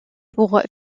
pour